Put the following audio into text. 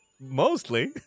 mostly